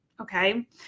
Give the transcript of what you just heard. okay